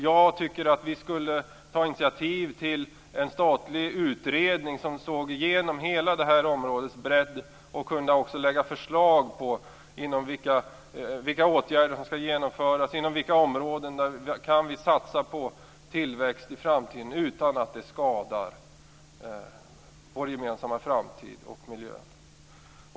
Jag tycker att vi skulle ta initiativ till en statlig utredning som skulle kunna gå igenom hela det här områdets bredd och som också skulle kunna lägga fram förslag om vilka åtgärder som skall genomföras och inom vilka områden vi i framtiden kan satsa på tillväxt utan att det skadar vår gemensamma framtid och miljö.